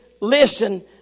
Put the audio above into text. listen